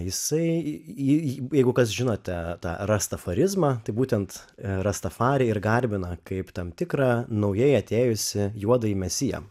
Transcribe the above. jisai į jeigu kas žinote tą rastafarizmą tai būtent rastafarį ir garbina kaip tam tikrą naujai atėjusį juodąjį mesiją